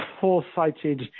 foresighted